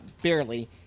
Barely